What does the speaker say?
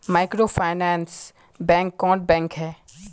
Microfinance bank कौन bank है?